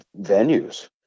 venues